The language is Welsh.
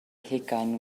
hugain